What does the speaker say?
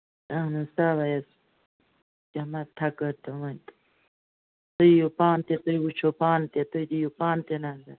اَہَن حظ تَوے حظ تٔمۍ حظ تھیٚکَو تُہُنٛد تُہۍ ییو پانہٕ تہِ تُہۍ وُچھِو پانہٕ تہِ تُہۍ دِییو پانہٕ تہِ نَظر